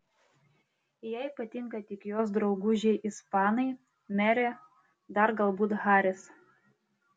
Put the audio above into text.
jai patinka tik jos draugužiai ispanai merė dar galbūt haris